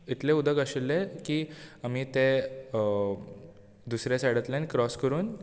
इतलें उदक आशिल्लें की आमी तें दुसऱ्या सायडांतल्यान क्राॅस करून